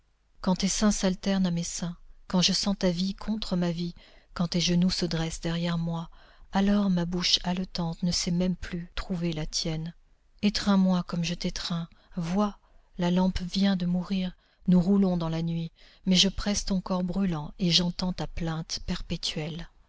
quand tes seins s'alternent à mes seins quand je sens ta vie contre ma vie quand tes genoux se dressent derrière moi alors ma bouche haletante ne sait même plus trouver la tienne étreins moi comme je t'étreins vois la lampe vient de mourir nous roulons dans la nuit mais je presse ton corps brûlant et j'entends ta plainte perpétuelle